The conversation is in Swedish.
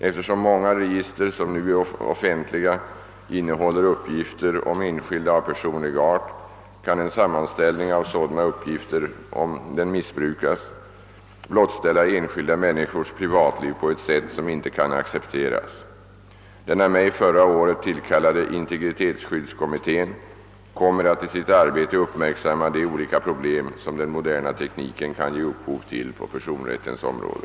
Eftersom många register som nu är offentliga innehåller uppgifter om enskilda av personlig art, kan en sammanställning av sådana uppgifter, om den missbrukas, blottställa enskilda människors privatliv på ett sätt som inte kan accepteras. Den av mig förra året tillkallade integritetsskyddskommittén kommer att i sitt arbete uppmärksamma de olika problem som den moderna tekniken kan ge upphov till på personrättens område.